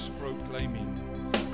proclaiming